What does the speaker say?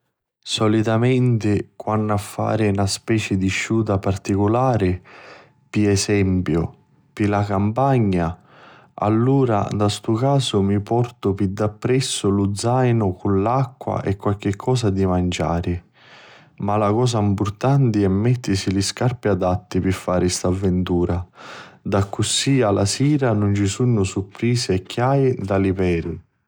Solitamenti quannu a fari na speci di sciuta particulari, pi esempiu, pi la campagna allura, nta stu casu mi portu pi d'appressu lu zainu cu l'acqua e qualchi cosa di manciari. Ma la cosa mpurtanti è mettisi li scarpi adatti pi fari st'avvintura. D'accussi a la sira nun ci sunnu surpresi e chiai nta li peri.